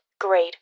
great